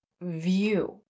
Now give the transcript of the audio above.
view